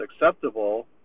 acceptable